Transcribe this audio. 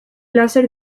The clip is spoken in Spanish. láser